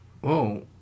whoa